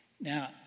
Now